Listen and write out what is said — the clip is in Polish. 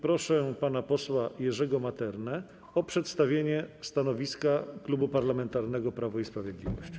Proszę pana posła Jerzego Maternę o przedstawienie stanowiska Klubu Parlamentarnego Prawo i Sprawiedliwość.